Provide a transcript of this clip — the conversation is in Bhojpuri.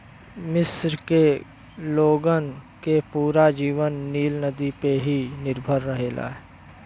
मिस्र के लोगन के पूरा जीवन नील नदी पे ही निर्भर करेला